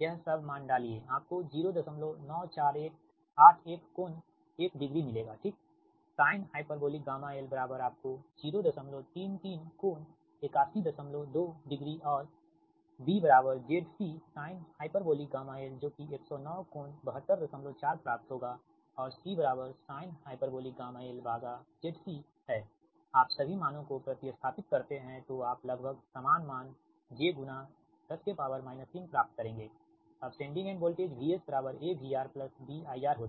यह सब मान डालिए आपको 09481 कोण 1 डिग्री मिलेगा ठीक sinh γl बराबर आपको 033 कोण 812 डिग्री और B ZC sinh γl जो कि 109 कोण 724 प्राप्त होगा और C sinh γl ZC है आप सभी मानों को प्रति स्थापित करते हैं तो आप लगभग सामान मान j 10 3 प्राप्त करेंगे अब sending end voltage VS AVR B IR होता है